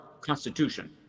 constitution